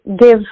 give